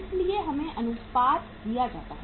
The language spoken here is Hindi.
इसलिए हमें अनुपात दिया जाता है